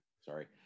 Sorry